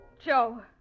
Joe